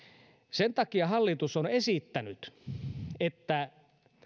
sen takia hallitus on esittänyt että